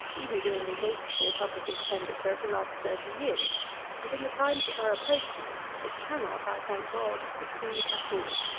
even during the wasteful public expenditure of the last thirty years and, in the times that are approaching, it cannot, i thank god, succeed at all.